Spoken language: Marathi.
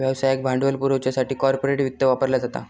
व्यवसायाक भांडवल पुरवच्यासाठी कॉर्पोरेट वित्त वापरला जाता